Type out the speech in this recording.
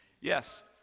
Yes